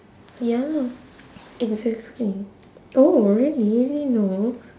ya lah exactly oh really no